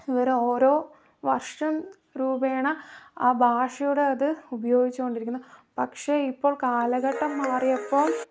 ഇവർ ഓരോ വർഷം രൂപേണ ആ ഭാഷയയുടെ അത് ഉപയോഗിച്ചു കൊണ്ടിരിക്കുന്നു പക്ഷെ ഇപ്പോൾ കാലഘട്ടം മാറിയപ്പോൾ